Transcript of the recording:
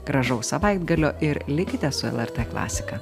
gražaus savaitgalio ir likite su lrt klasika